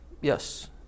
Yes